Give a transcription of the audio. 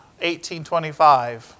1825